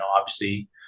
obviously-